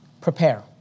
Prepare